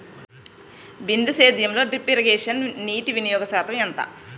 బిందు సేద్యంలో drip irrigation నీటివినియోగ శాతం ఎంత?